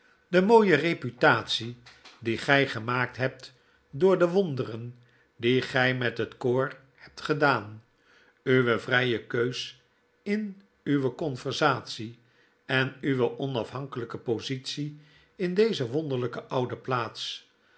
de mooie reputatie die gij gemaakt hbt door de wonderen die gij met het koor hebt gedaan uw vrye kens in uwe conversatie in uwe onafhankeljjke positie in deze wonderlijke oude plaats